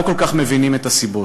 לא כל כך מבינים את הסיבות.